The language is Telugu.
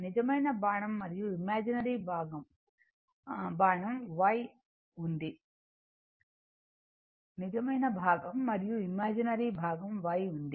నిజమైన భాగం మరియు ఇమాజినరీ భాగం y ఉంది